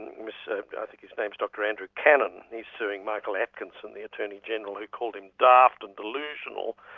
and yeah think his name's dr andrew cannon. he's suing michael atkinson, the attorney-general who called him daft and delusional,